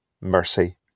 mercy